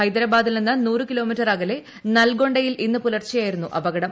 ഹൈദരാബാദിൽനിന്നു നൂറ് കിലോമീറ്റർ അകലെ നൽഗോണ്ടയിൽ ഇന്ന് പുലർച്ചെയായിരുന്നു അപകടം